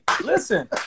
Listen